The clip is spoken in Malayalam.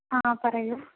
ആ പറയൂ